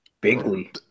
Bigly